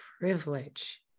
privilege